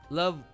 love